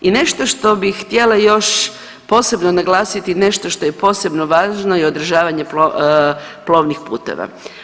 I nešto što bih htjela još posebno naglasiti, nešto što je posebno važno i održavanje plovnih puteva.